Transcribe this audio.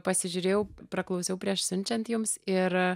pasižiūrėjau praklausiau prieš siunčiant jums ir